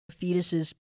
fetuses